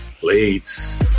plates